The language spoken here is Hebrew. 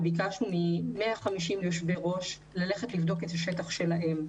ביקשנו מ-150 יושבי-ראש ללכת לבדוק את השטח שלהם.